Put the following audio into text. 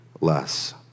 less